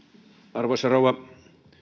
arvoisa rouva